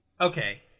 Okay